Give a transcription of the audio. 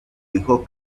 hijo